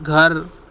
گھر